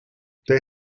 they